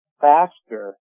faster